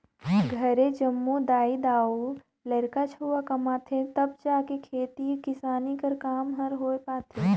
घरे जम्मो दाई दाऊ,, लरिका छउवा कमाथें तब जाएके खेती किसानी कर काम हर होए पाथे